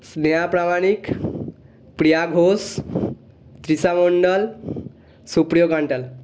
Sneha Pramanik Priya Ghosh Trisha Mondal Supriyo Kantal